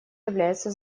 является